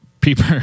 people